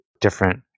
different